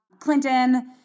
Clinton